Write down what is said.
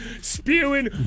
spewing